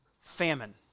famine